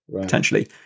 potentially